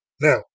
now